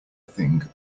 thing